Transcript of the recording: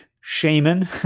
shaman